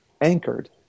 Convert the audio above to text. anchored